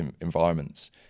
environments